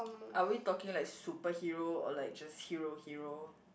are we talking like superhero or like just hero hero